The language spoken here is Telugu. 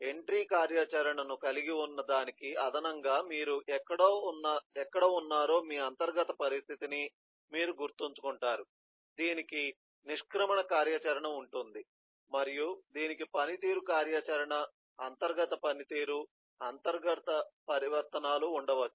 ఎంట్రీ కార్యాచరణను కలిగి ఉన్న దానికి అదనంగా మీరు ఎక్కడ ఉన్నారో మీ అంతర్గత పరిస్థితిని మీరు గుర్తుంచుకుంటారు దీనికి నిష్క్రమణ కార్యాచరణ ఉంటుంది మరియు దీనికి పనితీరు కార్యాచరణ అంతర్గత పనితీరు అంతర్గత పరివర్తనాలు ఉండవచ్చు